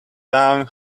down